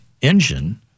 engine